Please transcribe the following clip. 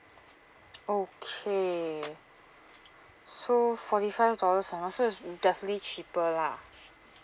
okay so forty five dollars around so it's definitely cheaper lah